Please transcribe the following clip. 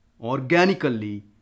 organically